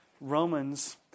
Romans